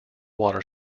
water